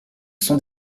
sont